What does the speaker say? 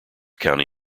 county